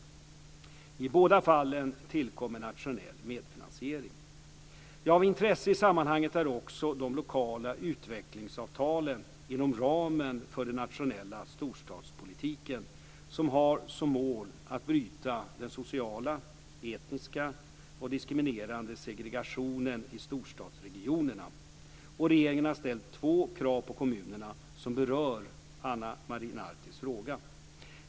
I båda fallen tillkommer nationell medfinansiering. Av intresse i sammanhanget är också de lokala utvecklingsavtalen inom ramen för den nationella storstadspolitiken, som har som mål att bryta den sociala, etniska och diskriminerande segregationen i storstadsregionerna. Regeringen har ställt två krav på kommunerna som berör Ana Maria Nartis fråga.